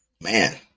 man